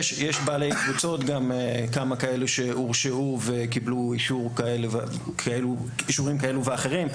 יש גם כמה בעלי קבוצות שהורשעו וקיבלו אישורים כאלו ואחרים.